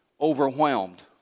overwhelmed